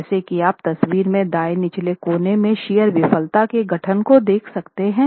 जैसा कि आप तस्वीर में दाएं निचले कोने में शियर विफलता के गठन को देख सकते हैं